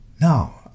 now